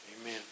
Amen